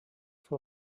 for